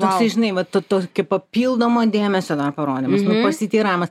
toksai žinai va tokio papildomo dėmesio dar parodymas nu pasiteiravimas